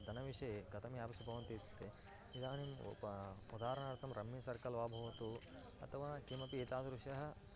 धनविषये कथम् एप्स् भवन्ति इत्युक्ते इदानीं उदाहरणार्थं रम्मि सर्कल् वा भवतु अथवा किमपि एतादृशः